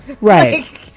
right